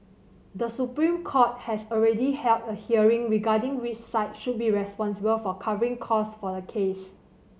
The Supreme Court has already held a hearing regarding which side should be responsible for covering costs for the case